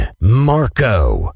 Marco